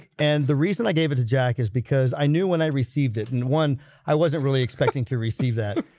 and the reason i gave it to jack is because i knew when i received it and one i wasn't really expecting to receive that